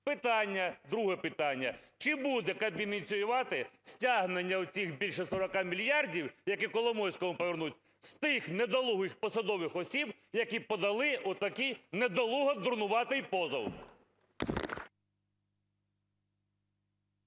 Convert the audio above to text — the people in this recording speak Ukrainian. Питання, друге питання: чи буде Кабмін ініціювати стягнення оцих більше 40 мільярдів, які Коломойському повернуть, з тих недолугих посадових осіб, які подали отакий недолуго-дурнуватий позов?